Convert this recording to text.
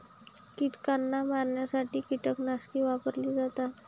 कीटकांना मारण्यासाठी कीटकनाशके वापरली जातात